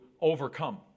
overcome